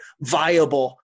viable